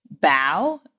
bow